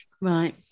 Right